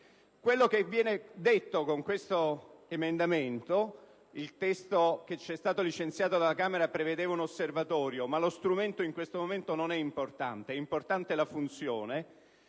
Ciò che viene stabilito con questo emendamento - il testo licenziato dalla Camera prevedeva un osservatorio, ma lo strumento in questo momento non è importante: importante è la funzione